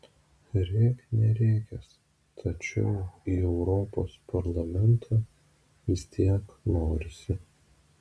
rėk nerėkęs tačiau į europos parlamentą vis tiek norisi